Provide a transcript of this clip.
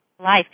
life